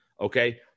Okay